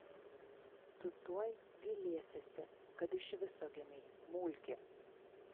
tu tuoj gailėsiesi kad iš viso gimei mulki